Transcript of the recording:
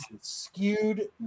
Skewed